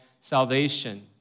salvation